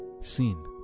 sin